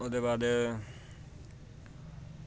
ओह्दे बाद